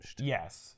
Yes